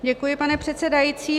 Děkuji, pane předsedající.